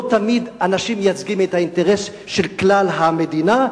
לא תמיד אנשים מייצגים את האינטרס של כלל המדינה,